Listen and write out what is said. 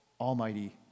almighty